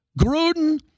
Gruden